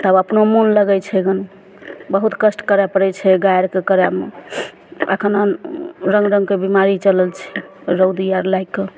तब अपने मोन लगय छै हूँ बहुत कष्ट करय पड़य छै गाय आरके करयमे एखनो रङ्ग रङ्गके बीमारी चलल छै रौदी आर लागिकऽ